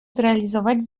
zrealizować